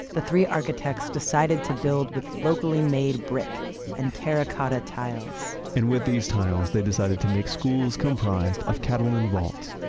the three architects decided to build with locally made brick and terracotta tiles and with these tiles, they decided to make schools comprised of catalan vault.